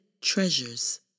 treasures